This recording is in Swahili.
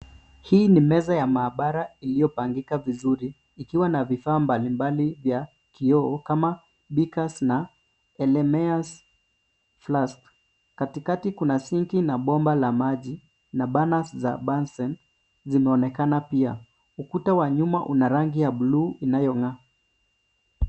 Hii ni meza ya maabara iliyopangika vizuri, ikiwa na vifaa mbalimbali vya kioo kama beakers na erlenmeyers flask . Katikati kuna sinki na bomba la maji, na burners za bunsen zinaonekana pia. Ukuta wa nyuma una rangi ya blue inayo ng'aa.